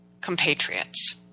compatriots